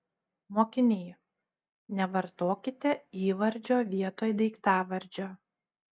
mokiniai nevartokite įvardžio vietoj daiktavardžio